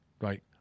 right